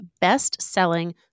best-selling